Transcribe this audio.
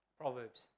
Proverbs